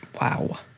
Wow